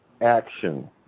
action